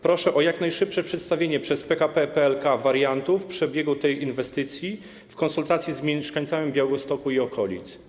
Proszę o jak najszybsze przedstawienie przez PKP PLK wariantów przebiegu tej inwestycji w konsultacji z mieszkańcami Białegostoku i okolic.